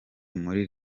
muri